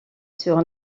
sur